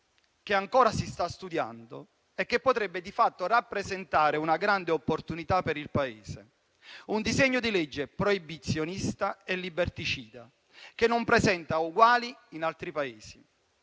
che ancora si sta studiando e che potrebbe di fatto rappresentare una grande opportunità per il Paese. È un disegno di legge proibizionista e liberticida, che non presenta uguali in altri Paesi.